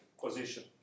position